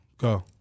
go